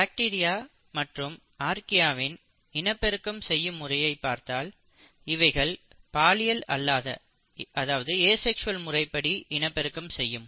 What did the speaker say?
bacteria மற்றும் ஆர்க்கியாவின் இனப்பெருக்கம் செய்யும் முறையை பார்த்தால் இவைகள் பாலியல் அல்லாதஏசெக்ஸ்வல் முறைப்படி இனப்பெருக்கம் செய்யும்